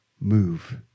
move